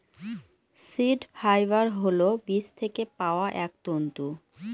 seed fibre হল বীজ থেকে পাওয়া এক তন্তু